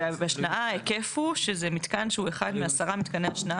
בהשנעה ההיקף הוא שזה מתקן שהוא אחד מעשרה מתקני השנעה